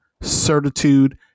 certitude